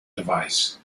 device